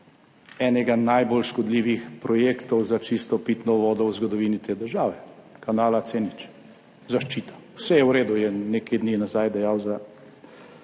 enega najbolj škodljivih projektov za čisto pitno vodo v zgodovini te države – kanala C0. Zaščita, vse je v redu, je nekaj dni nazaj dejal za